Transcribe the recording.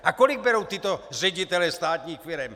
A kolik berou tito ředitelé státních firem?